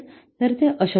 तर ते अशक्य आहे